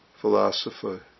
philosopher